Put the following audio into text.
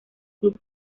club